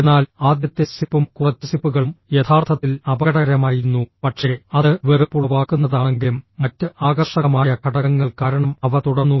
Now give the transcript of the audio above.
എന്നാൽ ആദ്യത്തെ സിപ്പും കുറച്ച് സിപ്പുകളും യഥാർത്ഥത്തിൽ അപകടകരമായിരുന്നു പക്ഷേ അത് വെറുപ്പുളവാക്കുന്നതാണെങ്കിലും മറ്റ് ആകർഷകമായ ഘടകങ്ങൾ കാരണം അവ തുടർന്നു